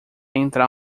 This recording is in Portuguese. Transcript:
entrar